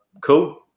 cool